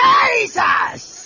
Jesus